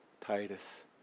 Titus